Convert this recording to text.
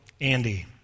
Andy